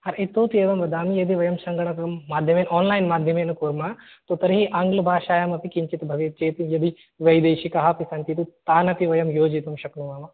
इतोऽपि एवम् वदामि यदि वयं सङ्गणकं माध्यमे आन्लैन् माध्यमेन कुर्मः तर्हि आङ्गलभाषायामपि किञ्चित् भवेत् चेत् यदि वैदेशिकाः अपि सन्ति तानपि वयं योजयितुं शक्नुमः